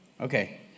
Okay